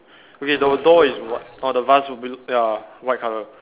okay the door is whi~ orh the vase will be ya white colour